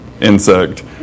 insect